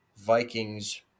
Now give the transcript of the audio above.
Vikings